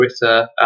Twitter